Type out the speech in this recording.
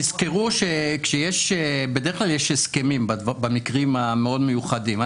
תזכרו שבדרך כלל יש הסכמים במקרים המאוד מיוחדים.